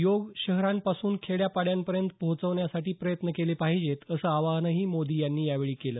योग शहरांपासून खेड्या पाड्यांपर्यंत पोचवण्यासाठी प्रयत्न केले पाहिजेत असं आवाहनही मोदी यांनी यावेळी केलं